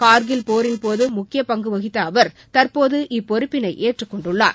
கார்கில் போரின் போது முக்கிய பங்கு வகித்த அவர் தற்போது இப்பொறுப்பினை ஏற்றுக்கொண்டுள்ளார்